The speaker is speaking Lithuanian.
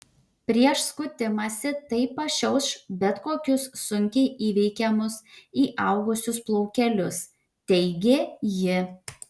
prieš skutimąsi tai pašiauš bet kokius sunkiai įveikiamus įaugusius plaukelius teigė ji